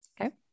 Okay